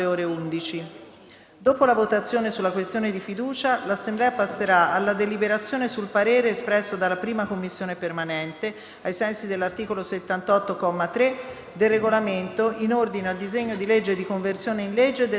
ai sensi dell'articolo 78, comma 3, del Regolamento, in ordine al disegno di legge di conversione in legge del decreto-legge n. 73, in materia di prevenzione vaccinale, chiesta dal prescritto numero di senatori del Movimento 5 Stelle.